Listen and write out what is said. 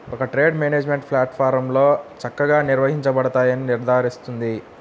ఒక trade management ప్లాట్ఫారమ్లో చక్కగా నిర్వహించబడతాయని నిర్ధారిస్తుంది